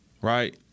right